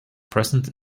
present